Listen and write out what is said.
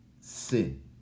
sin